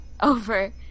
over